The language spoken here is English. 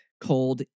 called